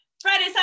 Friday